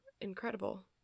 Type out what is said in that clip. incredible